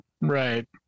Right